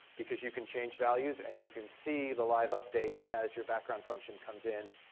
because you can change values, and you can see the live updates as your background function comes in,